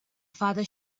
farther